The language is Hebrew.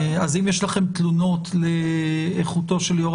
אם יש תלונות לאיכותו של היושב-ראש